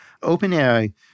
OpenAI